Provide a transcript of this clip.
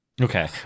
Okay